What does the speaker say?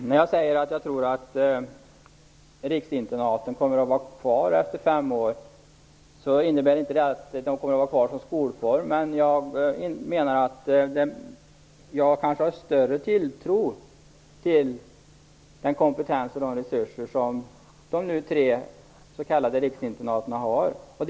Fru talman! Jag tror att riksinternaten kommer att vara kvar efter fem år. Det innebär inte att de kommer att finnas kvar som skolform, men jag har en större tilltro till den kompetens och de resurser som de tre riksinternaten förfogar över.